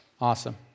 Awesome